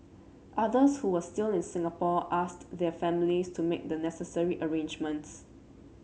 others who were still in Singapore asked their families to make the necessary arrangements